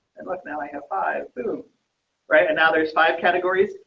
and look, now i have five boom right and now there's five categories,